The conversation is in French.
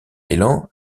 élan